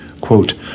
Quote